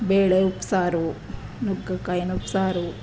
ಬೇಳೆ ಉಪ್ಸಾರು ನುಗ್ಗೆ ಕಾಯಿನ ಉಪ್ಸಾರು